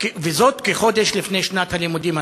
וזאת כחודש לפני סוף שנת הלימודים הנוכחית.